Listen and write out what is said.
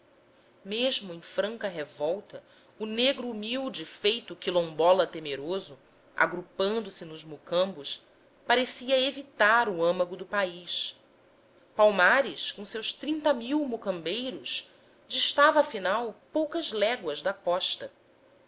mesmo em franca revolta o negro humilde feito quilombola temeroso agrupando se nos mocambos parecia evitar o âmago do país palmares com seus trinta mil mocambeiros distava afinal poucas léguas da costa